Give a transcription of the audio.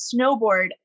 snowboard